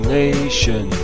nation